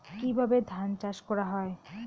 কিভাবে ধান চাষ করা হয়?